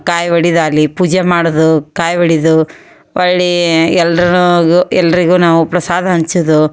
ಕಾಯಿ ಒಡಿದು ಆಗಲಿ ಪೂಜೆ ಮಾಡೋದು ಕಾಯಿ ಒಡೆದು ಹೊಳ್ಳೀ ಎಲ್ರುಗು ಎಲ್ಲರಿಗು ನಾವು ಪ್ರಸಾದ ಹಂಚೋದು